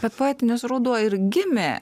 bet poetinis ruduo ir gimė